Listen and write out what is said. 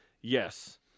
yes